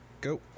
go